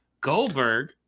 Goldberg